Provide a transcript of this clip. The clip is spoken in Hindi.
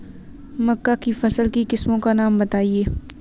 मक्का की फसल की किस्मों का नाम बताइये